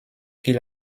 qu’il